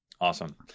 awesome